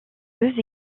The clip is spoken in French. deux